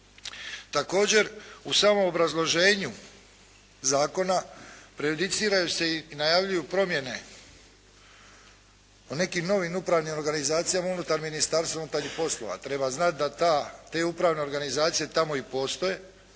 Također, u samom obrazloženju Zakona preudiciraju se i najavljuju promjene o nekim novim upravnim organizacijama unutar Ministarstva unutarnjih poslova. Treba znati da ta, te upravne organizacije tamo i postoje.